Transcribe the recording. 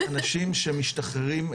אנשים שמשתחררים,